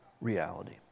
reality